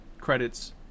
credits